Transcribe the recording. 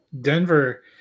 Denver